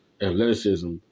athleticism